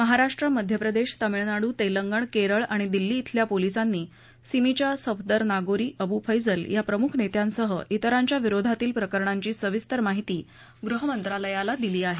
महाराष्ट्र मध्यप्रदेश तामिळनाडू तेलंगण केरळ आणि दिल्ली खेल्या पोलीसांनी सिमीच्या सफदर नागोरी अबू फ्जिल या प्रमुख नेत्यांसह विरांच्या विरोधातील प्रकरणांची सविस्तर माहिती गृहमंत्रालयाला दिली आहे